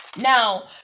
Now